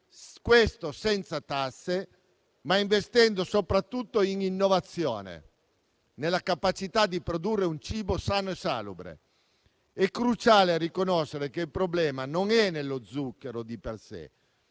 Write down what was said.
questo senza tasse ma investendo soprattutto in innovazione, nella capacità di produrre un cibo sano e salubre. È cruciale riconoscere che il problema non è nello zucchero, di per sé.